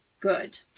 good